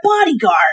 bodyguard